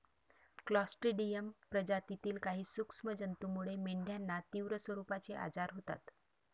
Clostridium प्रजातीतील काही सूक्ष्म जंतूमुळे मेंढ्यांना तीव्र स्वरूपाचे आजार होतात